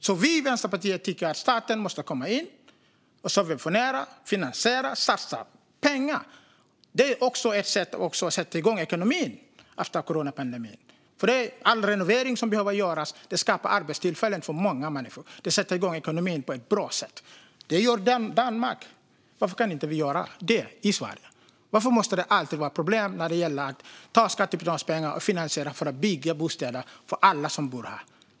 Vi i Vänsterpartiet tycker att staten måste komma in och subventionera, finansiera och satsa pengar. Det är också ett sätt att sätta igång ekonomin efter coronapandemin. All renovering som behöver göras skapar arbetstillfällen för många människor. Det sätter igång ekonomin på ett bra sätt. Så gör man i Danmark. Varför kan inte vi göra det i Sverige? Varför måste det alltid vara ett problem när det gäller att ta skattebetalarnas pengar och finansiera bostadsbyggande för alla som bor här?